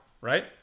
right